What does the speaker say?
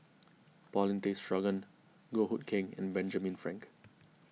Paulin Tay Straughan Goh Hood Keng and Benjamin Frank